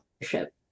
leadership